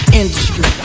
industry